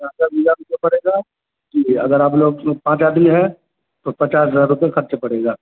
جی جی جی اگر آپ لوگ پانچ آدمی ہیں تو پچاس ہزار روپئے خرچ پڑے گا